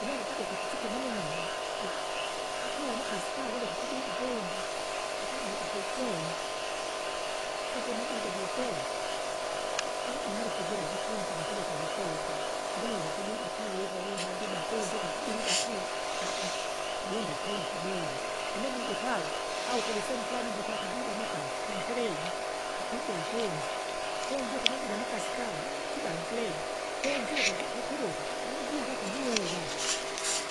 Unoele bado ukapisike manununu iso- utola amakasi kala uleke ukududa konzi, ukadude kutsoo, uku unadude kutso, i- iharufu jira jipunguka kidoko wusoku, lakini ulivukududa tu uko kisandibako kunsuka kuduba tu kulonda pombududa, unebude pala au kulisehemu flani ivo twatidude amaksai, kumfereji, ukwibea kunzi, kunzi uku nabila amakasi gala kiba umfereji, kunzi uku kukukiruta uvuviakati umuva.